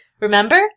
Remember